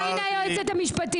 אמרתי ש --- הנה היועצת המשפטית,